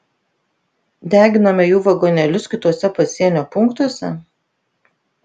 deginome jų vagonėlius kituose pasienio punktuose